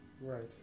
right